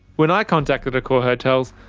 when i contacted accor hotels,